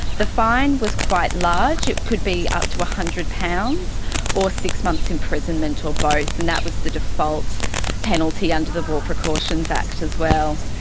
the fine was quite large, it could be up to one hundred pounds or six months imprisonment or both, and that was the default penalty under the war precautions act as well.